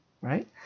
right